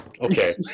okay